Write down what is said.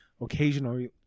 occasionally